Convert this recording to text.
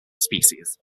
species